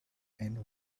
end